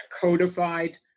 codified